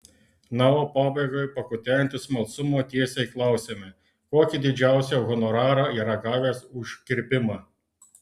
na o pabaigai pakutenti smalsumo tiesiai klausiame kokį didžiausią honorarą yra gavęs už kirpimą